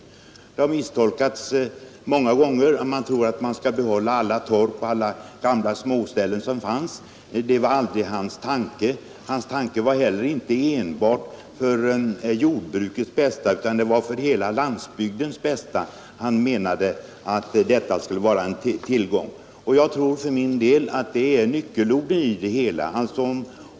Detta har misstolkats många gånger. Man tror att man skall behålla alla gamla torp och småställen som finns. Det var aldrig Waldemar Svenssons tanke. Han tänkte inte enbart på jordbrukets bästa, utan det var för hela landsbygdens bästa han menade att detta skulle vara en tillgång. Jag tror för min del att det är nyckelorden i det hela.